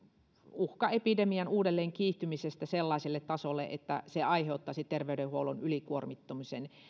uhka epidemian uudelleen kiihtymisestä sellaiselle tasolle että se aiheuttaisi terveydenhuollon ylikuormittumisen